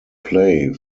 play